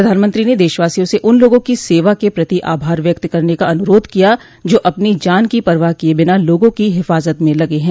प्रधानमंत्री ने देशवासियों से उन लोगों की सेवा के प्रति आभार व्यक्त करने का अनुरोध किया जो अपनी जान की परवाह किए बिना लोगों की हिफाजत में लगे हैं